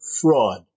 fraud